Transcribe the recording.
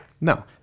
No